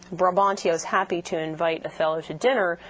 brabantio is happy to invite othello to dinner,